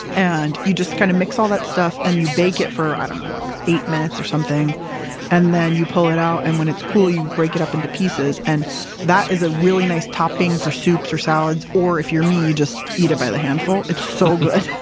and you just kind of mix all that stuff and you bake it for, i don't know, like eight minutes or something and then you pull it out and when it's cool, you break it up into pieces. and that is a really nice topping for soups or salads or if you're me, you just eat it by the handful. it's so good.